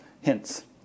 hints